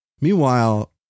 Meanwhile